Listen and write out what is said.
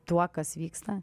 tuo kas vyksta